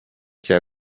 cya